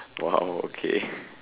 !wow! okay